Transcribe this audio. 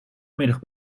middag